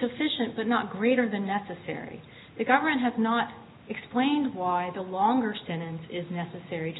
sufficient but not greater than necessary if government has not explained why the longer stand is necessary to